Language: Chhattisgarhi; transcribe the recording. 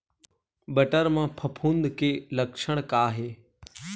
बटर म फफूंद के लक्षण का हे?